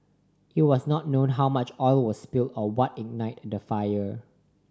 it was not known how much oil was spilled or what ignited the fire